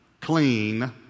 clean